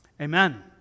amen